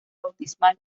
bautismal